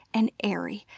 and airy,